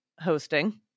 hosting